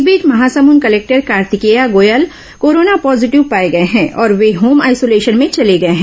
इस बीच Mahasamund collector Kartikeya Goyal corona positive पाए गए हैं और वे होम आइसोलेशन में चले गए हैं